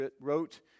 wrote